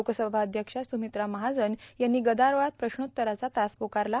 लोकसभा अध्यक्ष स्र्गामत्रा महाजन यांनी गदारोळात प्रश्नोत्तराचा तास पुकारला